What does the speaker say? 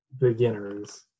beginners